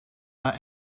are